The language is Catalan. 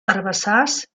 herbassars